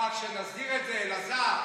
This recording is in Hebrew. חג כשנסדיר את זה, אלעזר.